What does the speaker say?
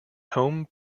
home